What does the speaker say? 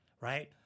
right